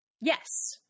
Yes